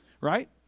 Right